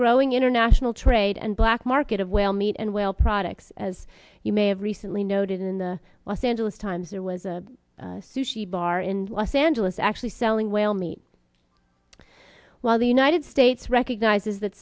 growing international trade and black market of whale meat and whale products as you may have recently noted in the los angeles times there was a sushi bar in los angeles actually selling whale meat while the united states recognizes that